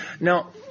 Now